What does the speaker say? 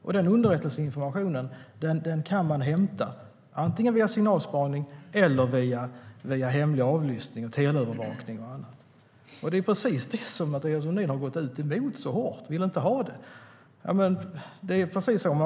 Och den underrättelseinformationen kan man hämta antingen via signalspaning eller hemlig avlyssning, teleövervakning och annat. Det är precis det som Mathias Sundin är så starkt emot. Han vill inte ha det.